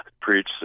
Preach